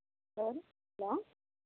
hello hello